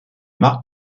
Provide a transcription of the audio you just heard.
marques